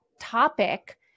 topic –